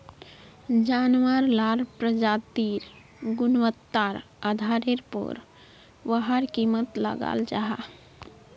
जानवार लार प्रजातिर गुन्वात्तार आधारेर पोर वहार कीमत लगाल जाहा